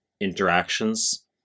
interactions